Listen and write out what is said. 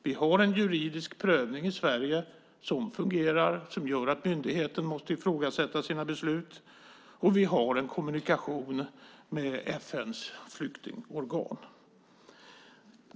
Vi har en juridisk prövning i Sverige som fungerar och som gör att myndigheter måste ifrågasätta sina beslut, och vi har en kommunikation med FN:s flyktingorgan.